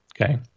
Okay